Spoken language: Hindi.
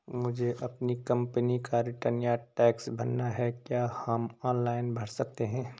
मुझे अपनी कंपनी का रिटर्न या टैक्स भरना है क्या हम ऑनलाइन भर सकते हैं?